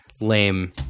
lame